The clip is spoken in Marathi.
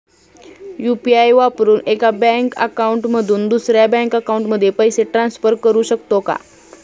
यु.पी.आय वापरून एका बँक अकाउंट मधून दुसऱ्या बँक अकाउंटमध्ये पैसे ट्रान्सफर करू शकतो का?